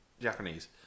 Japanese